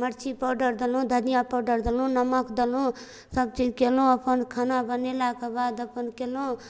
मिरची पाउडर देलहुँ धनिआ पाउडर देलहुँ नमक देलहुँ सबचीज कएलहुँ अपन खाना बनेलाक बाद अपन कएलहुँ